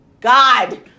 God